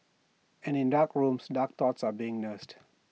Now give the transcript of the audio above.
and in dark rooms dark thoughts are being nursed